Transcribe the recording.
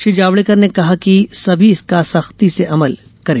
श्री जावड़ेकर ने कहा है कि इसका सख्ती से अमल करें